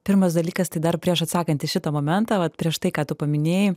pirmas dalykas tai dar prieš atsakant į šitą momentą vat prieš tai ką tu paminėjai